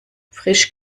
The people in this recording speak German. frisch